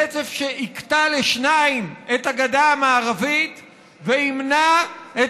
רצף שיקטע לשניים את הגדה המערבית וימנע את